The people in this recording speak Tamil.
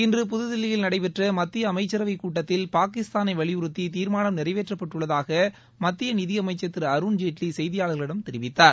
இன்று புதுதில்லியில் நடைபெற்ற பமத்திய அமைச்சரவை கூட்டத்தில் பாகிஸ்தானை வலியுறுத்தி தீர்மானம நிறைவேற்றப்பட்டுள்ளதாக மத்திய நிதியமைச்சர் திரு அருண்ஜேட்வி செய்தியாளர்களிடம் தெரிவித்தார்